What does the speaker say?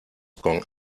con